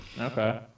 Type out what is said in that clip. Okay